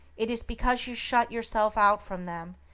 it is because you shut yourself out from them,